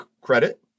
credit